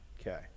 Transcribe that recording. Okay